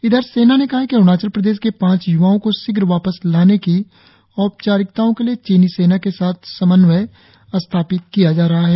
इधर सेना ने कहा है कि अरुणाचल प्रदेश के पांच य्वाओं को शीघ्र वापस लाने की औपचारिकताओं के लिए चीनी सेना के साथ समन्वय स्थापित किया जा रहा है